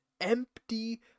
empty